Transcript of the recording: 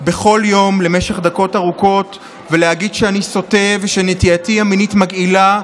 בכל יום למשך דקות ארוכות ולהגיד שאני סוטה ושנטייתי המינית מגעילה,